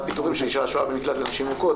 פיטורים של אישה השוהה במקלט לנשים מוכות),